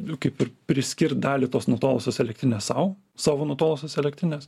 nu kaip ir priskirt dalį tos nutolusios elektrinės sau savo nutolusias elektrines